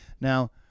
Now